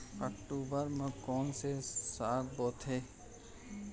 अक्टूबर मा कोन से साग बोथे?